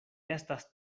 estas